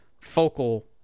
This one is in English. focal